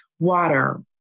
Water